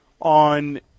on